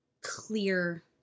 clear